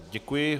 Děkuji.